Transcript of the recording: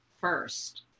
first